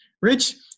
Rich